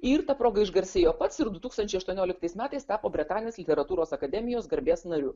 ir ta proga išgarsėjo pats ir du tūkstančiai aštuonioliktais metais tapo britanijos literatūros akademijos garbės nariu